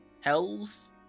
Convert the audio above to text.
Hells